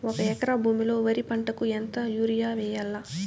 ఒక ఎకరా భూమిలో వరి పంటకు ఎంత యూరియ వేయల్లా?